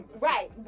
right